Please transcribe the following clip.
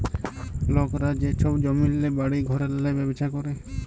লকরা যে ছব জমিল্লে, বাড়ি ঘরেল্লে ব্যবছা ক্যরে